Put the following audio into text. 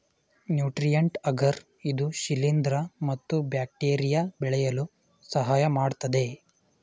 nutrient agar ಇದು ಶಿಲಿಂದ್ರ ಮತ್ತು ಬ್ಯಾಕ್ಟೀರಿಯಾ ಬೆಳೆಯಲು ಸಹಾಯಮಾಡತ್ತದೆ